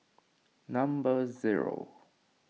number zero